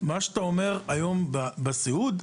מה שאתה אומר פה לגבי הסיעוד,